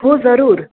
हो जरूर